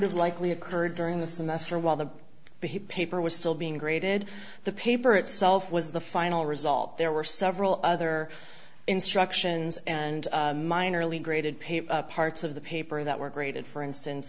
have likely occurred during the semester while the paper was still being graded the paper itself was the final result there were several other instructions and minor league rated paper parts of the paper that were graded for instance